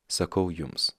sakau jums